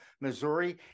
Missouri